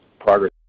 progress